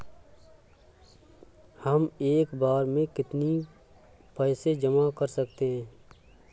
हम एक बार में कितनी पैसे जमा कर सकते हैं?